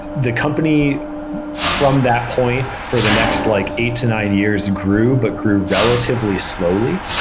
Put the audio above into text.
the company from that point for the next like eight to nine years grew, but grew relatively slowly.